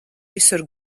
visur